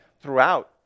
throughout